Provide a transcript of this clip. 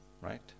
right